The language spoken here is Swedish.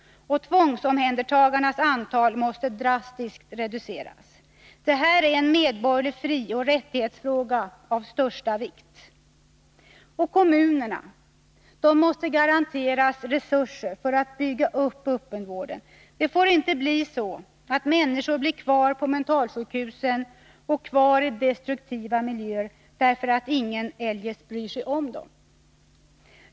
Tvångsomhändertagandenas antal måste drastiskt reduceras. Detta är en medborgerlig frioch rättighetsfråga av största vikt. Kommunerna måste garanteras resurser för att bygga upp öppenvården. Det får inte bli så att människor blir kvar på mentalsjukhusen och kvar i destruktiva miljöer, därför att ingen eljest bryr sig om dem.